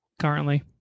currently